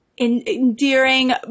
endearing